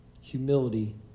Humility